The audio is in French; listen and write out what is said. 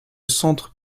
centre